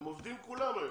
הם עובדים כולם היום,